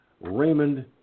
Raymond